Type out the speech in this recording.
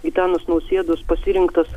gitanos nausėdos pasirinktas